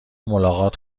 ملاقات